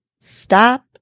stop